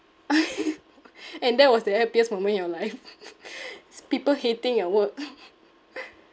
and that was the happiest moment in your life is people hating your work